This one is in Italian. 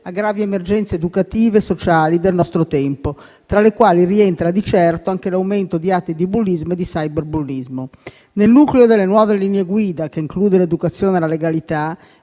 gravi emergenze educative e sociali del nostro tempo, tra le quali rientra di certo anche l'aumento di atti di bullismo e di cyberbullismo. Nel nucleo delle nuove linee guida, che include l'educazione alla legalità